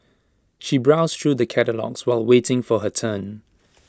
she browsed through the catalogues while waiting for her turn